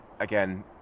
Again